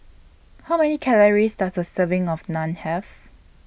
How Many Calories Does A Serving of Naan Have